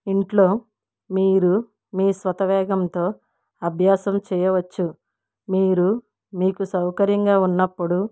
ఇంట్లో మీరు మీ స్వత వేగంతో అభ్యాసం చేయవచ్చు మీరు మీకు సౌకర్యంగా ఉన్నప్పుడు